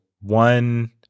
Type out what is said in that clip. one